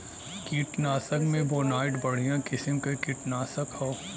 कीटनाशक में बोनाइट बढ़िया किसिम क कीटनाशक हौ